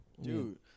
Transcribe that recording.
Dude